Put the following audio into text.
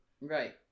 Right